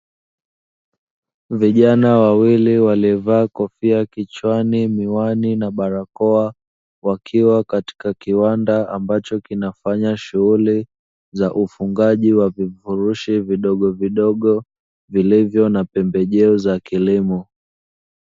Vijana wawili waliovaa kofia kichwani miwani na barakoa wakiwa katika kiwanda ambacho kinafanya shughuli za ufugaji wa vifurushi vidogo vidogo vilivyo na pembejeo za kilimo.